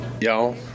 Y'all